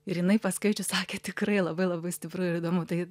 ir jinai paskaičius sakė tikrai labai labai stipru ir įdomu tai